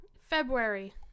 February